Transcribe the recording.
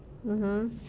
mmhmm